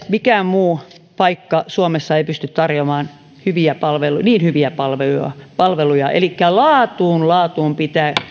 mikään muu paikka suomessa ei pysty tarjoamaan niin hyviä palveluja elikkä myös laatuun pitää